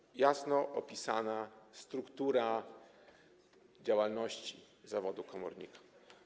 Została jasno opisana struktura działalności zawodu komornika.